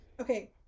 Okay